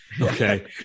Okay